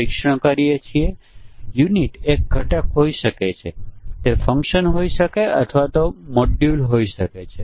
ચાલો કહો કે જો p1 અને p 15ની કિંમત 1 છે તો તે સમસ્યા સર્જી શકે છે